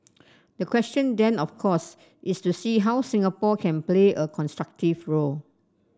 the question then of course is to see how Singapore can play a constructive role